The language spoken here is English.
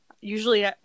Usually